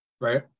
right